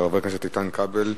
של חבר הכנסת איתן כבל,